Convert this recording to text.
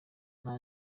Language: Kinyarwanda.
nta